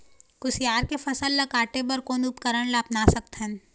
कुसियार के फसल ला काटे बर कोन उपकरण ला अपना सकथन?